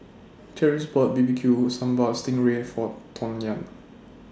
Cherise bought B B Q Sambal Sting Ray For Tawnya